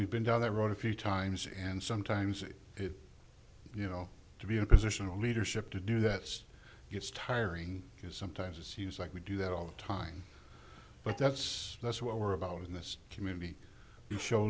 we've been down that road a few times and sometimes it is you know to be in a position of leadership to do that gets tiring because sometimes it seems like we do that all the time but that's that's what we're about in this community to show